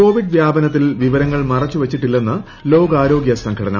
Covid വ്യാപനത്തിൽ വിവരങ്ങൾ മറച്ചുവച്ചിട്ടില്ലെന്ന് ലോകാരോഗൃ സംഘടന